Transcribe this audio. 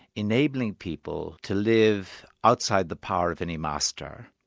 enabling people to live outside the power of any master,